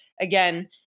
again